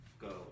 go